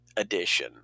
Edition